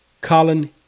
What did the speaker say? Colin